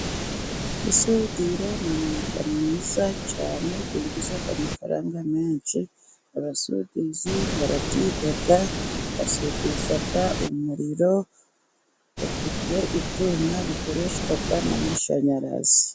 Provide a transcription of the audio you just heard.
Gusudira ni umwuga mwiza cyane, winjiza amafaranga menshi, abasudizi barabyiga, basudiza umuriro, bafite ibyuma bikoreshwa n'amashanyarazi.